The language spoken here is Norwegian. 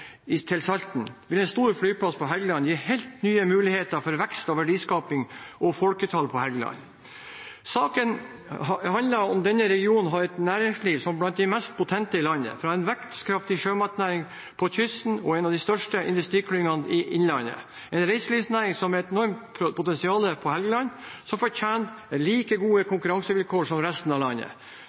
lufthavn for Salten, vil en stor flyplass på Helgeland gi helt nye muligheter for vekst og verdiskaping og folketallet på Helgeland. Saken handler om at denne regionen har et næringsliv som er blant de mest potente i landet: en vekstkraftig sjømatnæring på kysten, en av de største industriklyngene i innlandet og en reiselivsnæring, som har et enormt potensial på Helgeland, som fortjener like gode konkurransevilkår som resten av landet.